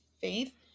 faith